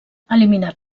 eliminat